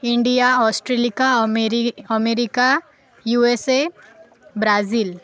India Australia अमेरी America U S A Brazil